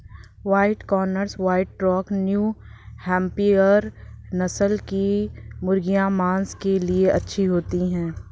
white Cornish, white rock, new Hampshire नस्ल की मुर्गियाँ माँस के लिए अच्छी होती हैं